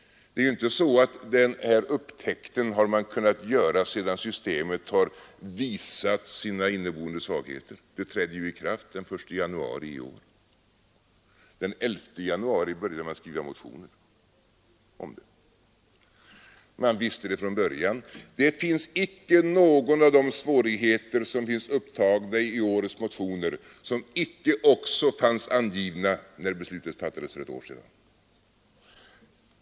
Det är inte så att man kunnat göra den här upptäckten sedan systemet visat sina inneboende svagheter — det trädde i kraft den 1 januari i år, och den 11 januari började man skriva motioner — utan man visste från början hur det förhöll sig. Det är inte någon av de svårigheter som finns upptagna i årets motioner som inte också fanns angivna när beslutet fattades för ett år sedan.